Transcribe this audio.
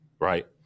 right